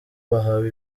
bahawe